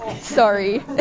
sorry